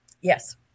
Yes